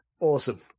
Awesome